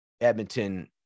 edmonton